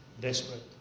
desperate